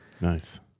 nice